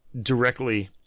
directly